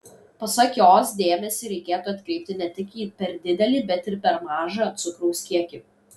pasak jos dėmesį reikėtų atkreipti ne tik į per didelį bet ir į per mažą cukraus kiekį